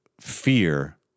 fear